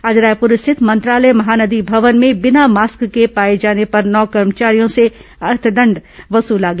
आज रायपुर स्थित मंत्रालय महानदी भवन में बिना मास्क के पाए जाने पर नौ कर्मचारियों से अर्थदण्ड वसूला गया